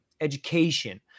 education